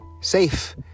safe